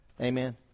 Amen